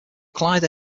clyde